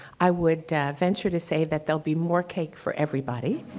i would venture to say that there'll be more cake for everybody.